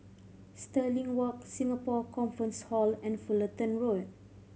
Stirling Walk Singapore Conference Hall and Fullerton Road